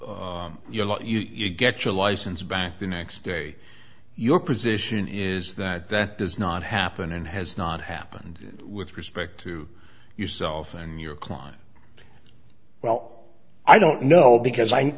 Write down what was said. owe your lot you get your license back the next day your position is that that does not happen and has not happened with respect to yourself and your client well i don't know because i